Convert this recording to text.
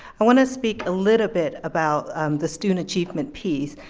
i wanna speak a little bit about the student achievement piece.